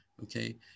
Okay